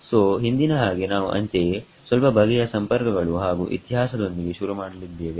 ಸೋಹಿಂದಿನ ಹಾಗೆನಾವು ಅಂತೆಯೇ ಸ್ವಲ್ಪ ಬಗೆಯ ಸಂಪರ್ಕಗಳು ಹಾಗು ಇತಿಹಾಸದೊಂದಿಗೆ ಶುರುಮಾಡಲಿದ್ದೇವೆ